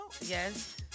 yes